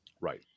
Right